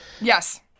Yes